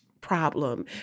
problem